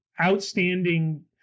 outstanding